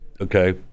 okay